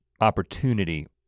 opportunity